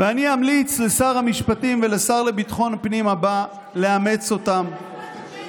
ואני אמליץ לשר המשפטים ולשר לביטחון פנים הבא לאמץ אותן -- מה ההבדל?